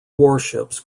warships